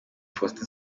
faustin